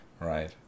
right